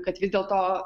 kad vis dėlto